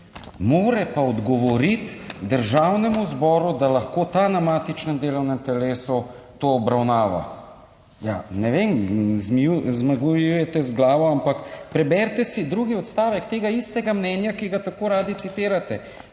Mora pa odgovoriti Državnemu zboru, da lahko ta na matičnem delovnem telesu to obravnava. Ja, ne vem, zmagujete z glavo, ampak preberite si drugi odstavek tega istega mnenja, ki ga tako radi citirate?